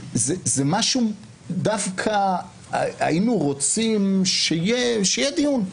דווקא היינו רוצים שיהיה דיון,